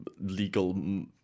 legal